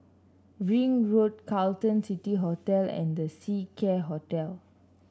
Ring Road Carlton City Hotel and The Seacare Hotel